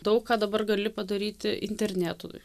daug ką dabar gali padaryti internetu